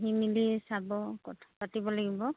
আহি মেলি চাব কথা পাতিব লাগিব